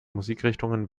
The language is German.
musikrichtungen